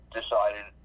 decided